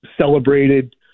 celebrated